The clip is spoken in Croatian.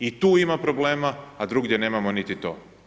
I tu ima problema, a drugdje nemamo niti to.